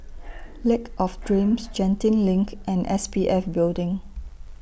Lake of Dreams Genting LINK and S P F Building